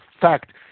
fact